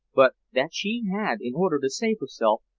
but that she had, in order to save herself,